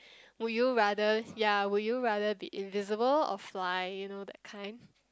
would you rather ya would you rather be invisible or fly you know that kind